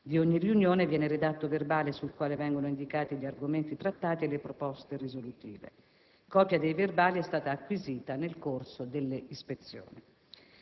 Di ogni riunione viene redatto verbale sul quale vengono indicati gli argomenti trattati e le proposte risolutive. Copia dei verbali è stata acquisita nel corso delle ispezioni.